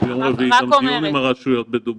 ביום רביעי גם דיון עם הרשויות בדובאי.